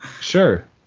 Sure